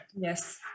Yes